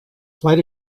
flight